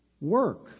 Work